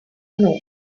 know